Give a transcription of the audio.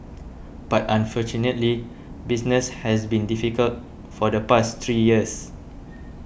but unfortunately business has been difficult for the past three years